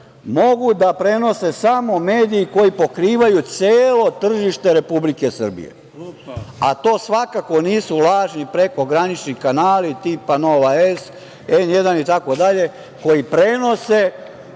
mogu da prenose samo mediji koji pokrivaju celo tržište Republike Srbije, a to svakako nisu lažni prekogranični kanali tipa „Nova S“, N1 i tako dalje, koji prenose